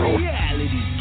reality